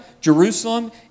Jerusalem